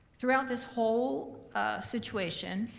throughout this whole situation,